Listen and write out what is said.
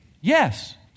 Yes